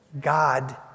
God